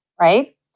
right